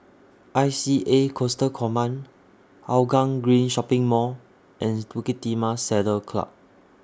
I C A Coastal Command Hougang Green Shopping Mall and Bukit Timah Saddle Club